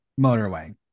Motorway